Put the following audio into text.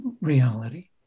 reality